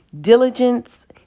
diligence